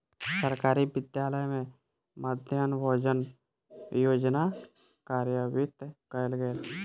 सरकारी विद्यालय में मध्याह्न भोजन योजना कार्यान्वित कयल गेल